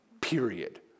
period